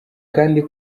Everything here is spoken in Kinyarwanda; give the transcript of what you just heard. kandi